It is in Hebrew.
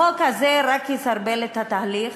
החוק הזה רק יסרבל את התהליך.